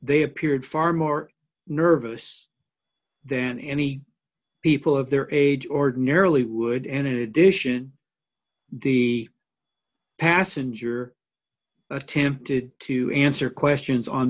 they appeared far more nervous than any people of their age ordinarily would in addition the passenger attempted to answer questions on